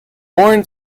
born